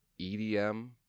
EDM